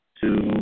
two